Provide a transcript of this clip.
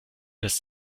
lässt